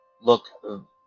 Look